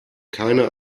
keine